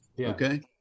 Okay